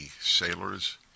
sailors